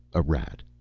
a rat.